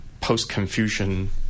post-Confucian